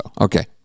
Okay